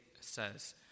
says